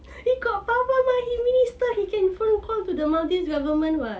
they got power mah he can phone call to the maldives government [what]